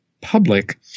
public